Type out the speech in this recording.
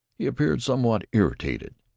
he appeared somewhat irritated.